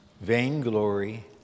vainglory